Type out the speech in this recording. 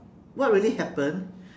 what really happened